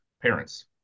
parents